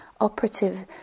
operative